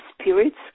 spirits